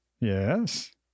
Yes